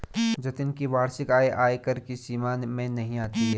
जतिन की वार्षिक आय आयकर की सीमा में नही आती है